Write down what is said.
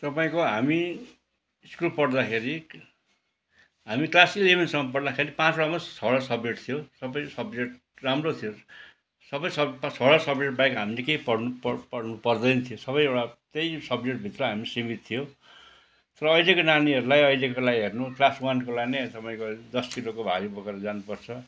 तपाईँको हामी स्कुल पढ्दाखेरि हामी क्लास इलेभेनसम्म पढ्दाखेरि पाँचवटामा छवटा सब्जेकट थियो सबै सब्जेक्ट राम्रो थियो सबै सब् छवटा सब्जेक्ट बाहेक हामीले केही पढ्नु पर्दैन थियो सबै एउटा त्यही सब्जेक्टभित्र हामी सिमित थियौँ तर अहिलेको नानीहरूलाई अहिलेकोलाई हेर्नु क्लास वानकोलाई नै अब तपाईँको दस किलोको भारी बोकेर जानु पर्छ